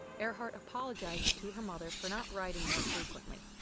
earhart apologizes to her mother for not writing more frequently.